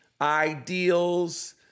ideals